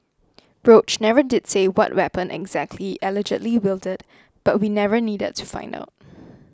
roach never did say what weapon exactly allegedly wielded but we never needed to find out